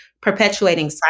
perpetuating